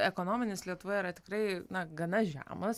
ekonominis lietuvoje yra tikrai na gana žemas